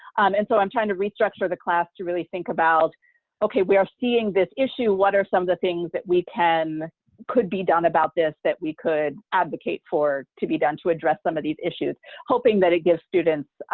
and so i'm trying to restructure the class to really think about okay we are seeing this issue what are some of the things that we can could be done about this that we could advocate for to be done to address some of these issues hoping that it gives students